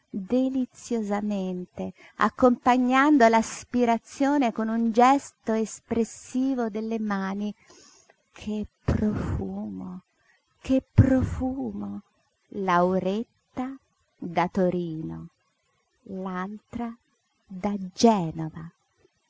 deliziosamente accompagnando l'aspirazione con un gesto espressivo della mano che profumo che profumo lauretta da torino l'altra da genova